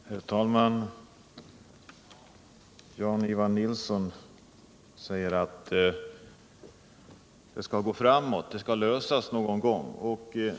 Herr talman! Jan-Ivan Nilsson säger att det skall gå framåt — problemen skall lösas någon gång.